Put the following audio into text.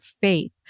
faith